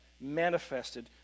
manifested